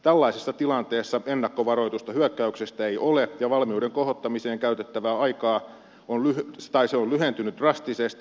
tällaisessa tilanteessa ennakkovaroitusta hyökkäyksestä ei ole ja valmiuden kohottamiseen käytettävä aika on lyhentynyt drastisesti